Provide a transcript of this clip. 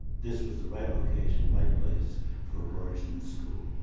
this was the right location, right place for a large new school.